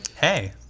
Hey